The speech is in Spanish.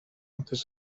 antes